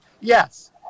Yes